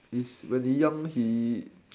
he's when he's young he